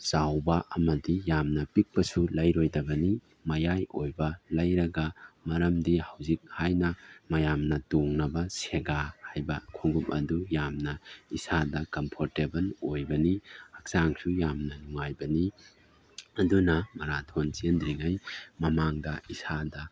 ꯆꯥꯎꯕ ꯑꯃꯗꯤ ꯌꯥꯝꯅ ꯄꯤꯛꯄꯁꯨ ꯂꯩꯔꯣꯏꯗꯕꯅꯤ ꯃꯌꯥꯏ ꯑꯣꯏꯕ ꯂꯩꯔꯒ ꯃꯔꯝꯗꯤ ꯍꯧꯖꯤꯛ ꯍꯥꯏꯅ ꯃꯌꯥꯝꯅ ꯇꯣꯡꯅꯕ ꯁꯦꯒꯥ ꯍꯥꯏꯕ ꯈꯣꯡꯎꯞ ꯑꯗꯨ ꯌꯥꯝꯅ ꯏꯁꯥꯗ ꯀꯝꯐꯣꯔꯇꯦꯕꯜ ꯑꯣꯏꯕꯅꯤ ꯍꯛꯆꯥꯡꯁꯨ ꯌꯥꯝꯅ ꯅꯨꯡꯉꯥꯏꯕꯅꯤ ꯑꯗꯨꯅ ꯃꯔꯥꯊꯣꯟ ꯆꯦꯟꯗ꯭ꯔꯤꯉꯩꯒꯤ ꯃꯃꯥꯡꯗ ꯏꯁꯥꯗ